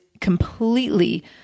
completely